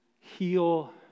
heal